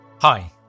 Hi